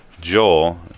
Joel